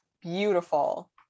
beautiful